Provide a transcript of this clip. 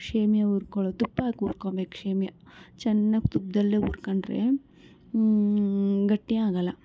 ಶೇವಿಯ ಹುರ್ಕೊಳ್ಳೋದು ತುಪ್ಪ ಹಾಕಿ ಹುರ್ಕೊಳ್ಬೇಕು ಶೇವಿಯ ಚೆನ್ನಾಗಿ ತುಪ್ದಲ್ಲೇ ಹುರ್ಕೊಂಡ್ರೆ ಗಟ್ಟಿ ಆಗೋಲ್ಲ